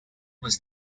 was